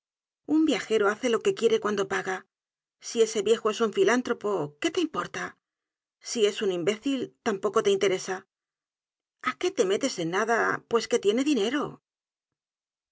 un viajero hace lo que quiere cuando paga si ese viejo es un filántropo qué te importa si es un imbécil tampoco te interesa a qué te metes en nada pues que tiene dinero